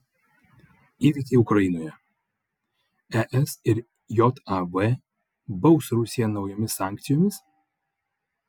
įvykiai ukrainoje es ir jav baus rusiją naujomis sankcijomis